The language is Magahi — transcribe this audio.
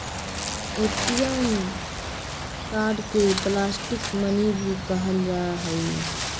ए.टी.एम कार्ड के प्लास्टिक मनी भी कहल जाहई